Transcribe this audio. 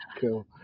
cool